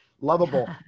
lovable